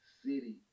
City